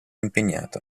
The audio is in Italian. impegnato